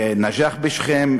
א-נג'אח בשכם,